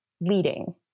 leading